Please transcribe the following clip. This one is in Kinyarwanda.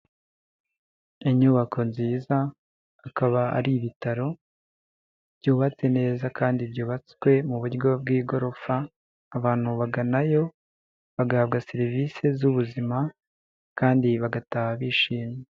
Inyubako nziza akaba ari ibitaro byubatse neza kandi byubatswe mu buryo bw'igorofa abantu baganayo bagahabwa serivisi z'ubuzima kandi bagataha bishimye.